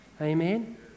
Amen